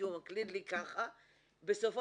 ובסוף,